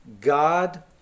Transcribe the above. God